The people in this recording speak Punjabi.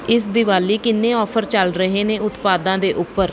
ਇਸ ਦਿਵਾਲੀ ਕਿੰਨੇ ਔਫ਼ਰ ਚੱਲ ਰਹੇ ਨੇ ਉਤਪਾਦਾਂ ਦੇ ਉੱਪਰ